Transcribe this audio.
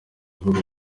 ibibuga